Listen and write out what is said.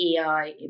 AI